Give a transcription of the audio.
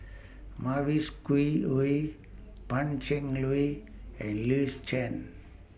Mavis Khoo Oei Pan Cheng Lui and Louis Chen